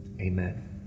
amen